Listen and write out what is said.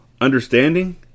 Understanding